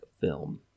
film